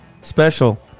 special